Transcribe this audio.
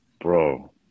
Bro